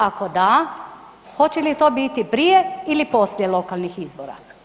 Ako da hoće li to biti prije ili poslije lokalnih izbora?